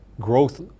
growth